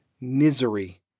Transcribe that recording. Misery